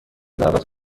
دعوت